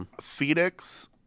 Phoenix